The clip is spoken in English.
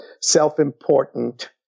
self-important